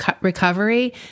recovery